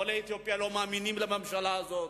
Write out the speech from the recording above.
עולי אתיופיה לא מאמינים לממשלה הזאת,